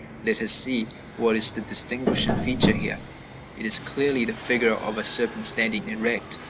let us see what is the distinguishing feature here it is clearly the figure of a serpent standing erect,